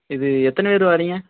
இது எத்தனை பேர் வரீங்க